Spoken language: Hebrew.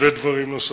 ודברים נוספים.